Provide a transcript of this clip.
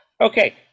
Okay